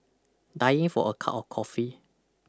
dying for a cup of coffee